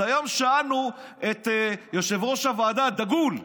אז היום שאלנו את יושב-ראש הוועדה הדגול,